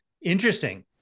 interesting